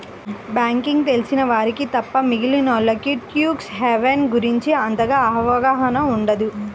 banking తెలిసిన వారికి తప్ప మిగిలినోల్లకి ట్యాక్స్ హెవెన్ గురించి అంతగా అవగాహన ఉండదు